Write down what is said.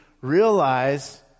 realize